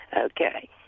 Okay